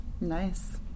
Nice